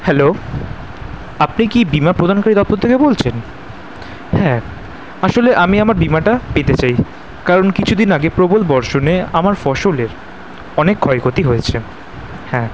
hello আপনি কি বিমা প্রদানকারী দফতর থেকে বলছেন হ্যাঁ আসলে আমি আমার বিমাটা পেতে চাই কারণ কিছু দিন আগে প্রবল বর্ষণে আমার ফসলের অনেক ক্ষয়ক্ষতি হয়েছে হ্যাঁ